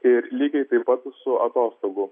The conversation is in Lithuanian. ir lygiai taip pat visų atostogų